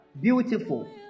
beautiful